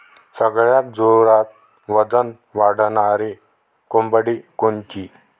सगळ्यात जोरात वजन वाढणारी कोंबडी कोनची?